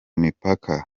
mipaka